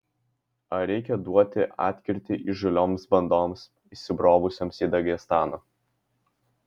ar reikia duoti atkirtį įžūlioms bandoms įsibrovusioms į dagestaną